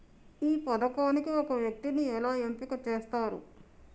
ఈ పథకానికి ఒక వ్యక్తిని ఎలా ఎంపిక చేస్తారు?